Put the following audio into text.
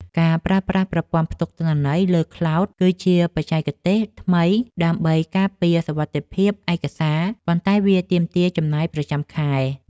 ការប្រើប្រាស់ប្រព័ន្ធផ្ទុកទិន្នន័យលើ ខ្លោដ គឺជាបច្ចេកទេសថ្មីដើម្បីការពារសុវត្ថិភាពឯកសារ ប៉ុន្តែវាទាមទារចំណាយប្រចាំខែ។